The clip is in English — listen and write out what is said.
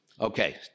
Okay